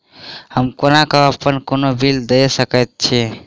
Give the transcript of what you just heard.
हम कोना कऽ अप्पन कोनो बिल देख सकैत छी?